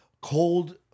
Cold